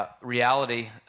reality